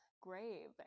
grave